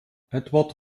eduard